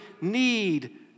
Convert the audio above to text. need